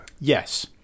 Yes